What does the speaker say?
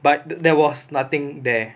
but there was nothing there